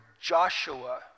Joshua